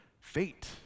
fate